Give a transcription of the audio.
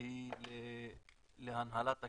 היא להנהלת הקרן,